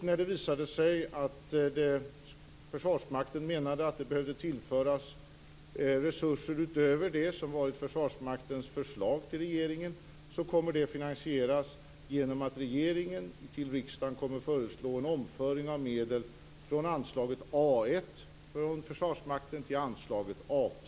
När det visade sig att Försvarsmakten menade att resurser utöver det som varit Försvarsmaktens förslag till regeringen behövde tillföras har man bestämt att detta kommer att finansieras på följande sätt: Regeringen kommer till riksdagen att föreslå en omföring av medel från anslaget A 1 från Försvarsmakten till anslaget